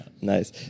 nice